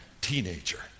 teenager